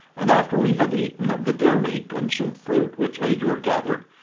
and after we had eaten of the deer-meat and some fruit which ajor gathered,